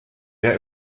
der